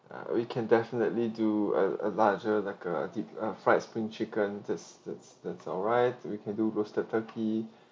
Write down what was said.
uh we can definitely do a a larger like a a deep a fried spring chicken that's that's that's alright we can do roasted turkey